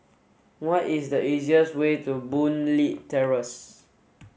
what is the easiest way to Boon Leat Terrace